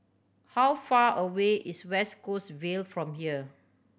how far away is West Coast Vale from here